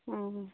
অঁ